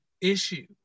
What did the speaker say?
issue